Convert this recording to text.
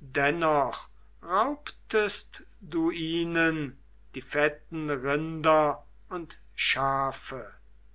dennoch raubtest du ihnen die fetten rinder und schafe